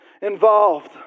involved